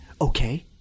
okay